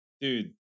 dude